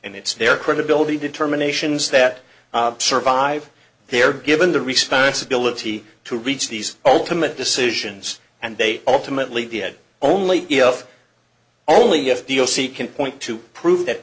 and it's their credibility determinations that survive they are given the responsibility to reach these ultimate decisions and they ultimately did only if only if the o c can point to prove that